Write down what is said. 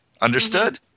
Understood